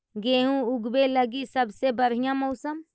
गेहूँ ऊगवे लगी सबसे बढ़िया मौसम?